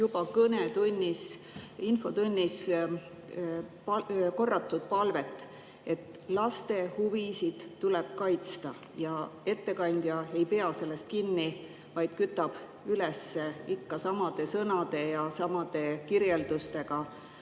juba infotunnis korratud palvet, et laste huvisid tuleb kaitsta. Ettekandja ei pea sellest kinni, vaid kütab [teemat] üles ikka samade sõnade ja samade kirjeldustega,